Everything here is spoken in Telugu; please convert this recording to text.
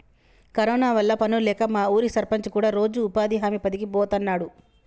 కరోనా వల్ల పనుల్లేక మా ఊరి సర్పంచ్ కూడా రోజూ ఉపాధి హామీ పనికి బోతన్నాడు